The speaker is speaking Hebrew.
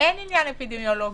אין עניין אפידמיולוגי.